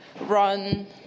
run